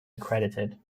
accredited